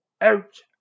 Ouch